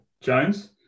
Jones